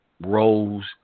roles